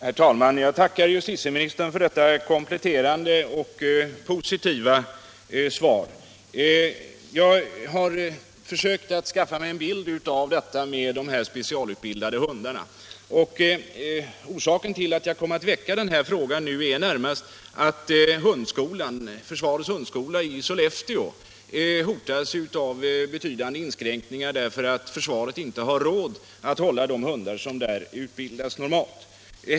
Herr talman! Jag tackar justitieministern för detta kompletterande och positiva svar. Jag har försökt skaffa mig en bild av detta med de specialutbildade hundarna. Orsaken till att jag kom att väcka den här frågan nu är närmast att försvarets hundskola i Sollefteå hotas av betydande inskränkningar därför att försvaret inte har råd att hålla de hundar som där utbildas normalt.